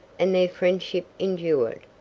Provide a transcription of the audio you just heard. and their friendship endured.